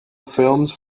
films